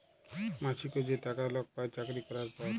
মাছিক যে টাকা লক পায় চাকরি ক্যরার পর